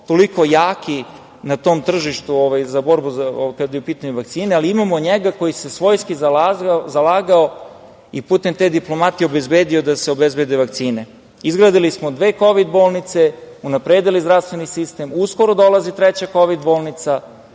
toliko jaki na tom tržištu za borbu kad je u pitanju vakcina, ali imamo njega koji se svojski zalagao i putem te diplomatije obezbedio da se obezbede vakcine. Izgradili smo dve kovid bolnice, unapredili zdravstveni sistem, uskoro dolazi treća kovid bolnica,